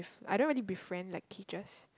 I don't really befriend like teachers